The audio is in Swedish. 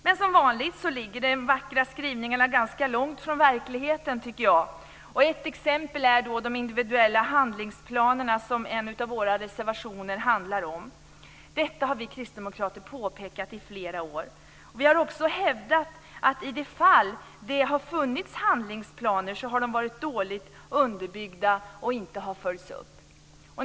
Men som vanligt ligger de vackra skrivningarna ganska långt från verkligheten, tycker jag. Ett exempel är de individuella handlingsplaner som en av våra reservationer handlar om. Detta har vi kristdemokrater påpekat i flera år. Vi har också hävdat att i de fall som det har funnits handlingsplaner har de varit dåligt underbyggda och inte följts upp.